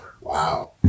Wow